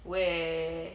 where